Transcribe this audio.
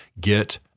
Get